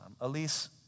Elise